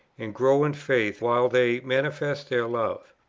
and grow in faith while they manifest their love!